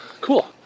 Cool